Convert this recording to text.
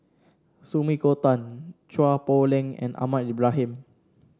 Sumiko Tan Chua Poh Leng and Ahmad Ibrahim